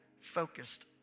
focused